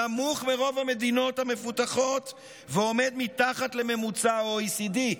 נמוך מברוב המדינות המפותחות ועומד מתחת לממוצע ב-OECD.